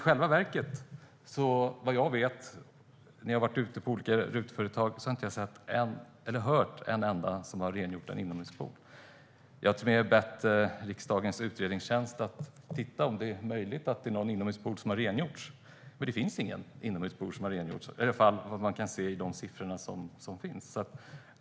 När jag har varit ute på olika RUT-företag har jag dock inte sett eller hört en enda som har rengjort en inomhuspool. Jag har till och med bett riksdagens utredningstjänst titta på om det är möjligt att någon inomhuspool har rengjorts, men det finns ingen inomhuspool som har rengjorts - i alla fall inte vad man kan se i de siffror som finns.